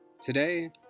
Today